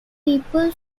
people